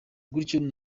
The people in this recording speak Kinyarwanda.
gutyo